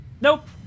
Nope